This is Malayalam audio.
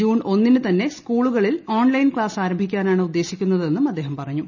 ജൂൺ ഒന്നിനു തന്നെ സ്കൂളുകളിൽ ഓൺലൈൻ ക്ലാസ് ആരംഭിക്കാനാണ് ഉദ്ദേശിക്കുന്നതെന്നും അദ്ദേഹം പറഞ്ഞു